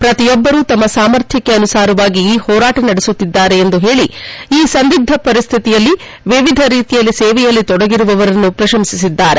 ಪ್ರತಿಯೊಬ್ಬರೂ ತಮ್ಮ ಸಾಮರ್ಥ್ಯಕ್ಕೆ ಅನುಸಾರವಾಗಿ ಈ ಹೋರಾಟ ನಡೆಸುತ್ತಿದ್ಗಾರೆ ಎಂದು ಹೇಳಿ ಈ ಸಂದಿಗ್ಗ ಪರಿಸ್ಡಿತಿಯಲ್ಲಿ ವಿವಿಧ ರೀತಿಯಲ್ಲಿ ಸೇವೆಯಲ್ಲಿ ತೊಡಗಿರುವವರನ್ನು ಪ್ರಶಂಸಿಸಿದ್ದಾರೆ